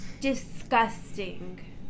Disgusting